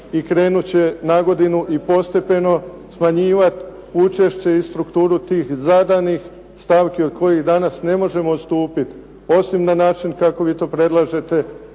i krenut će na godinu i postepeno smanjivati učešće i strukturu tih zadanih stavki od kojih danas ne možemo odstupiti osim na način kako vi to predlažete